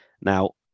Now